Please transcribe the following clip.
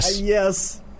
Yes